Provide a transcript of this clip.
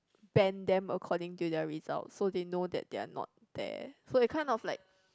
band them according to their results so they know that they're not there so they kind of like